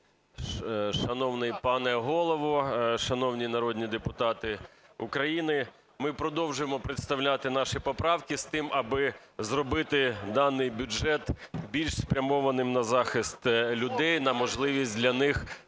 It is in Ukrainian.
Шановний пане Голово, шановні народні депутати України! Ми продовжуємо представляти наші поправки з тим, аби зробити даний бюджет більш спрямованим на захист людей, на можливість для них вижити